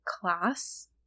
class